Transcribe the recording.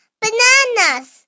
bananas